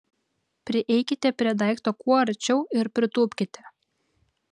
prieikite prie daikto kuo arčiau ir pritūpkite